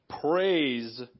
Praise